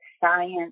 science